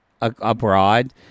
abroad